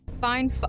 Fine